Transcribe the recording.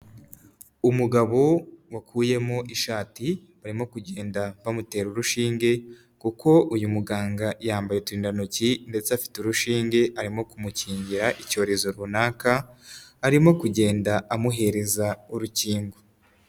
Umugabo wakuyemo ishati barimo kugenda bamutera urushinge kuko uyu muganga yambaye uturindantoki ndetse afite urushinge arimo kumukingira icyorezo runaka, arimo kugenda amuhereza urukingo.